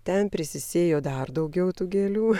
ten prisisėjo dar daugiau tų gėlių